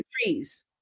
trees